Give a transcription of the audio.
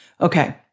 Okay